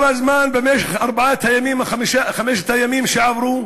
וכל הזמן, במשך חמשת הימים שעברו,